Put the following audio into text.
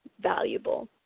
valuable